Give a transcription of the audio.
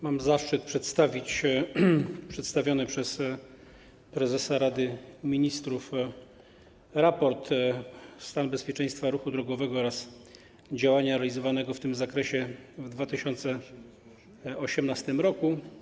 Mam zaszczyt zaprezentować przedstawiony przez prezesa Rady Ministrów raport Stan bezpieczeństwa ruchu drogowego oraz działania realizowane w tym zakresie w 2018 r.